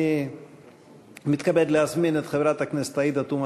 אני מתכבד להזמין את חברת הכנסת עאידה תומא